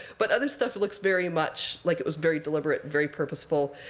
but other stuff looks very much like it was very deliberate, very purposeful,